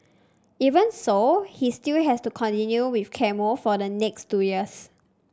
even so he still has to continue with chemo for the next two years